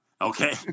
Okay